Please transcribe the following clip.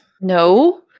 No